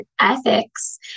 ethics